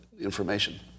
information